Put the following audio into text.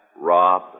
rob